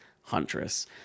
Huntress